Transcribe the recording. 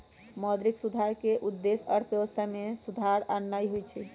मौद्रिक सुधार के उद्देश्य अर्थव्यवस्था में सुधार आनन्नाइ होइ छइ